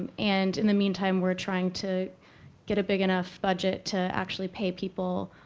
and in the meantime, we're trying to get a big enough budget to actually pay people